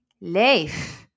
leef